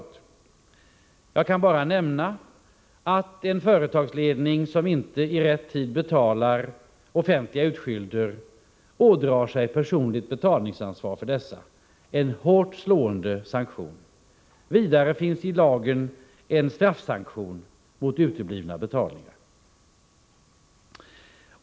Jag kan bara nämna att en företagsledning som inte i rätt tid betalar offentliga utskylder ådrar sig personligt betalningsansvar för dessa — en hårt slående sanktion. Vidare finns i lagen en straffsanktion mot uteblivna betalningar.